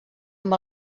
amb